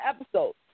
episodes